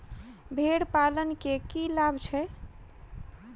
भेड़ पालन केँ की लाभ छै?